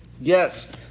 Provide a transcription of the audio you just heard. Yes